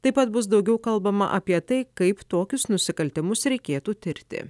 taip pat bus daugiau kalbama apie tai kaip tokius nusikaltimus reikėtų tirti